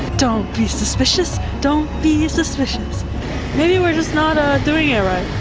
don't be suspicious, don't be suspicious maybe we're just not ah doing it right.